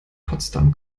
potsdam